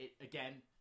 again